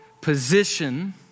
position